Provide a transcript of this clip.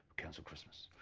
cancel christmas,